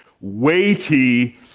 weighty